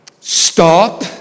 stop